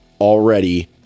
already